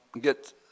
get